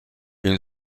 une